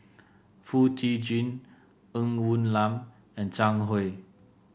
Foo Tee Jun Ng Woon Lam and Zhang Hui